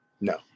no